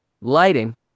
Lighting